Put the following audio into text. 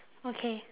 okay